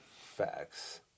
Facts